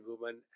woman